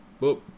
Boop